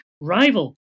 rival